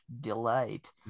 Delight